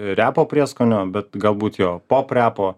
repo prieskonio bet galbūt jo poprepo